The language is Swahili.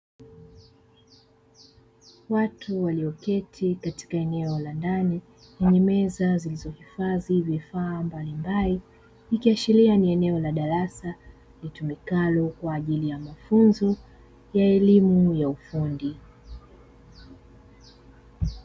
Watu walioketi katika eneo la ndani lenye meza zilizohifadhi vifaa mbalimbali ikiashiria ni eneo la darasa litumikalo kwa ajili ya mafunzo ya elimu ya ufundi.